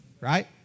right